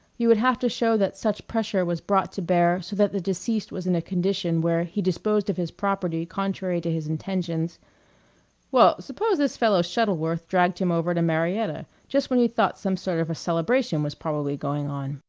you would have to show that such pressure was brought to bear so that the deceased was in a condition where he disposed of his property contrary to his intentions well, suppose this fellow shuttleworth dragged him over to marietta just when he thought some sort of a celebration was probably going on?